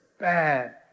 bad